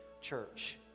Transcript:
church